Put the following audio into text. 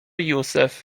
jussef